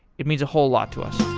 it means a whole lot to us